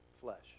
flesh